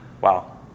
Wow